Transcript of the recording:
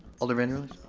alder vanderleest?